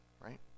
right